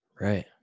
Right